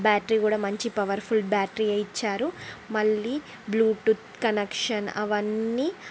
battery కూడా మంచి powerful బ్యాటరీయే ఇచ్చారు మళ్ళీ బ్లూటూత్ కనెక్షన్ అవన్నీ